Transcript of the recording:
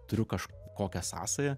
turiu kažkokią sąsają